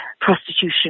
prostitution